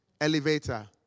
Elevator